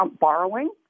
borrowing